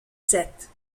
sept